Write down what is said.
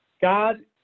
God